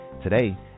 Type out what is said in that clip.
today